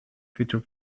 feature